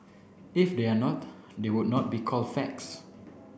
if they are not they would not be called facts